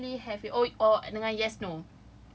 okay I don't really have it oh dengan yes no